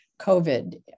COVID